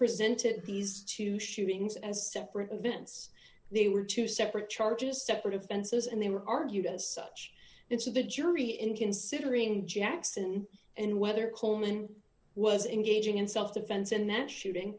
presented these two shootings as separate events they were two separate charges separate offenses and they were argued as such it's a jury in considering jackson and whether coleman was engaging in self defense in that shooting